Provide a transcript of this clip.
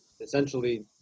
essentially